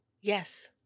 Yes